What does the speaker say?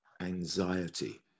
anxiety